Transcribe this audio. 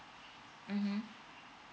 mmhmm